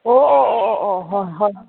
ꯑꯣ ꯑꯣ ꯑꯣ ꯑꯣ ꯑꯣ ꯍꯣꯏ ꯍꯣꯏ